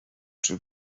czy